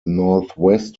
northwest